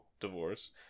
divorce